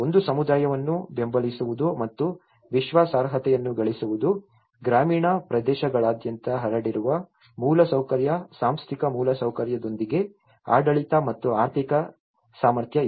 ಒಂದು ಸಮುದಾಯವನ್ನು ಬೆಂಬಲಿಸುವುದು ಮತ್ತು ವಿಶ್ವಾಸಾರ್ಹತೆಯನ್ನು ಗಳಿಸುವುದು ಗ್ರಾಮೀಣ ಪ್ರದೇಶಗಳಾದ್ಯಂತ ಹರಡಿರುವ ಮೂಲಸೌಕರ್ಯ ಸಾಂಸ್ಥಿಕ ಮೂಲಸೌಕರ್ಯದೊಂದಿಗೆ ಆಡಳಿತ ಮತ್ತು ಆರ್ಥಿಕ ಸಾಮರ್ಥ್ಯ ಇದು